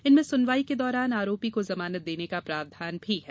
इनमें सुनवाई के दौरान आरोपी को जमानत देने का प्रावधान भी है